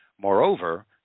moreover